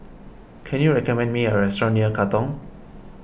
can you recommend me a restaurant near Katong